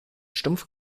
stumpf